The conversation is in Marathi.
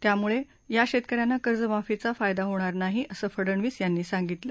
त्यामुळे या शेतकऱ्यांना कर्जमाफीचा फायदा होणार नाही असं फडनवीस यांनी सांगितलं